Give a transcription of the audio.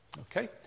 okay